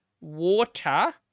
Water